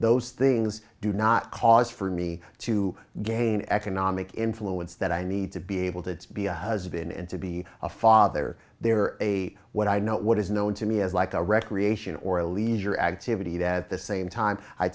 those things do not cause for me to gain economic influence that i need to be able to be a has been and to be a father they are a what i know what is known to me as like a recreation or a leisure activity that at the same time i